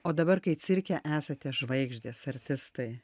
o dabar kai cirke esate žvaigždės artistai